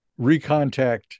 recontact